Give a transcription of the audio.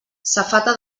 safata